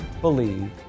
believe